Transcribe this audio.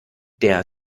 der